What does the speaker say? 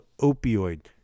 opioid